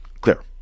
clear